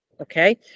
okay